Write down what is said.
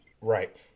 right